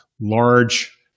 large